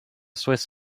swiss